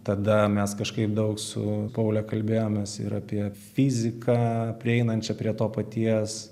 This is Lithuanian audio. tada mes kažkaip daug su paule kalbėjomės ir apie fiziką prieinančią prie to paties